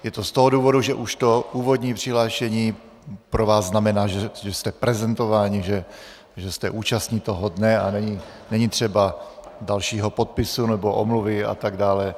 Je to z toho důvodu, že už to původní přihlášení pro vás znamená, že jste prezentováni, že jste účastni toho dne a není třeba dalšího podpisu nebo omluvy atd.